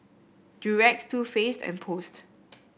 Durex Too Faced and Post